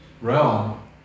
realm